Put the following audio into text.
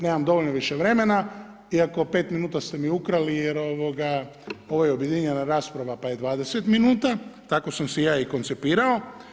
Nemam dovoljno više vremena, iako 5 minuta ste mi ukrali jer ovo je objedinjena rasprava pa je 20 minuta, tako sam se ja i koncipirao.